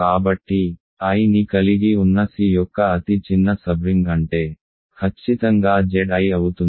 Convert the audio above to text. కాబట్టి iని కలిగి ఉన్న C యొక్క అతి చిన్న సబ్రింగ్ అంటే ఖచ్చితంగా Z i అవుతుంది